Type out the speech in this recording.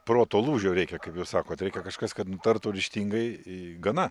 proto lūžio reikia kaip jūs sakot reikia kažkas kad nutartų ryžtingai gana